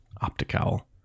Optical